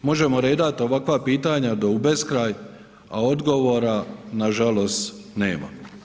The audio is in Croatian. Možemo redati ovakva pitanja do beskraj a odgovora nažalost nema.